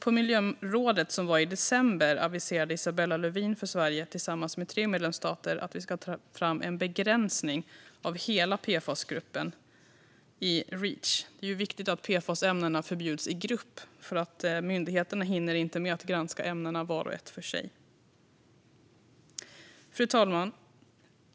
På miljörådet i december aviserade Isabella Lövin för Sverige tillsammans med tre medlemsstater att vi ska ta fram en begränsning för hela PFAS-gruppen i Reach. Det är viktigt att PFAS-ämnena förbjuds i grupp, för myndigheterna hinner inte med att granska ämnena vart och ett för sig. Fru talman!